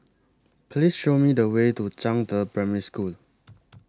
Please Show Me The Way to Zhangde Primary School